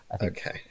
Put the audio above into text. okay